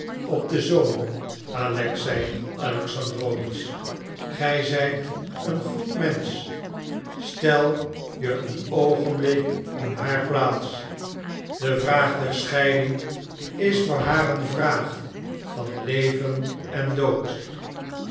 op den zoon alexei alexandrowitsch gij zijt een goed mensch stel je een oogenblik in haar plaats de vraag der scheiding is voor haar een vraag van leven en dood